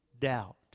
doubt